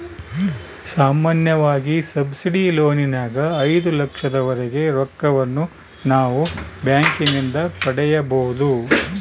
ಸಾಮಾನ್ಯವಾಗಿ ಸಬ್ಸಿಡಿ ಲೋನಿನಗ ಐದು ಲಕ್ಷದವರೆಗೆ ರೊಕ್ಕವನ್ನು ನಾವು ಬ್ಯಾಂಕಿನಿಂದ ಪಡೆಯಬೊದು